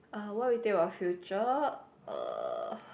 uh what we think about future uh